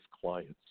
clients